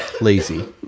lazy